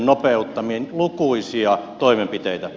lukuisia toimenpiteitä